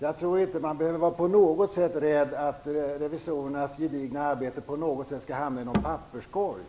Jag tror inte att man på något sätt behöver vara rädd för att revisorernas gedigna arbete skall hamna i papperskorgen.